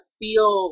feel